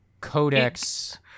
codex